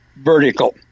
vertical